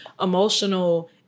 emotional